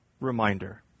reminder